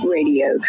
Radio